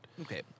Okay